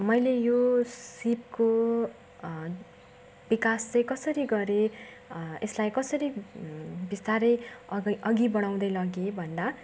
मैले यो सिपको विकास चाहिँ कसरी गरेँ यसलाई कसरी बिस्तारै अघ अघि बढाउँदै लगेँ भन्दा